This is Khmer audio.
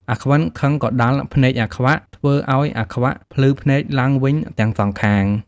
អាខ្វិនខឹងក៏ដាល់ភ្នែកអាខ្វាក់ ធ្វើឱ្យអាខ្វាក់ភ្លឺភ្នែកឡើងវិញទាំងសងខាង ។